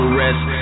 rest